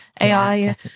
AI